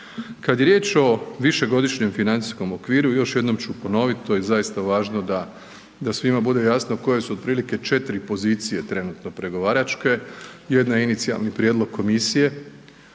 Kada je riječ o višegodišnjem financijskom okviru još jednom ću ponoviti to je zaista važno da svima bude jasno koje su otprilike četiri pozicije trenutno pregovaračke, jedna je inicijalni prijedlog Komisije